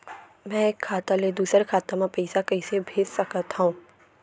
मैं एक खाता ले दूसर खाता मा पइसा कइसे भेज सकत हओं?